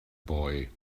boy